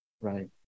right